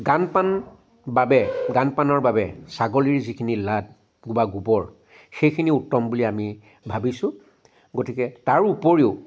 গান্ধ পাণ বাবে গান্ধপানৰ বাবে ছাগলীৰ যিখিনি লাড বা গোবৰ সেইখিনি উত্তম বুলি আমি ভাবিছোঁ গতিকে তাৰ উপৰিও